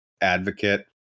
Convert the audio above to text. advocate